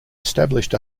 established